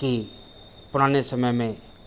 कि पुराने समय में